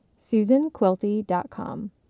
SusanQuilty.com